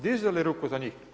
Dizali ruku za njih.